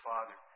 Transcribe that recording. Father